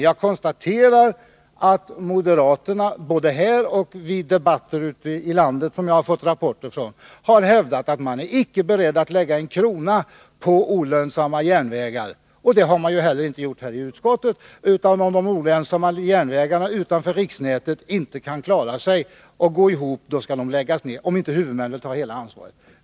Jag konstaterar att moderaterna, både här och vid debatter ute i landet som jag har fått rapporter från, har hävdat att man icke är beredd att lägga en krona på olönsamma järnvägar. Det har man heller inte gjort här i utskottet, utan om de olönsamma järnvägarna utanför riksnätet inte kan klara sig och gå ihop skall de läggas ner — om inte huvudmännen tar hela ansvaret.